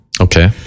Okay